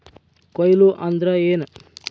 ಕೊಯ್ಲು ಅಂದ್ರ ಏನ್?